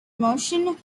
motion